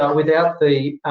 ah without the